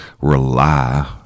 rely